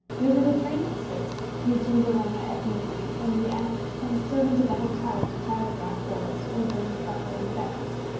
there was a train at six, reaching verona at midnight, and we asked some servant of the hotel to telegraph for us, ordering supper and beds.